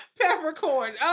Peppercorn